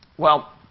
well,